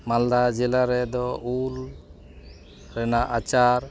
ᱢᱟᱞᱫᱟ ᱡᱮᱞᱟᱨᱮ ᱫᱚ ᱩᱞ ᱨᱮᱱᱟᱜ ᱟᱪᱟᱨ